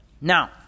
Now